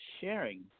sharing